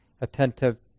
attentive